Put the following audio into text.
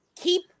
Keep